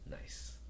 Nice